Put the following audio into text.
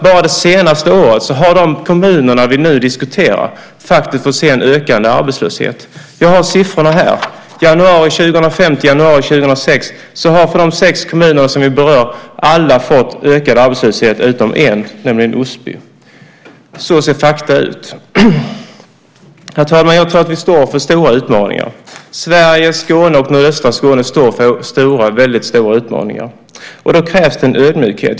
Bara det senaste året har dessutom de kommuner vi nu diskuterar fått se en ökande arbetslöshet. Jag har siffrorna här. Från januari 2005 till januari 2006 har av de sex kommuner vi berör alla fått ökad arbetslöshet utom en, nämligen Osby. Så ser fakta ut. Herr talman! Jag tror att vi står inför stora utmaningar. Sverige, Skåne och nordöstra Skåne står inför väldigt stora utmaningar, och då krävs det ödmjukhet.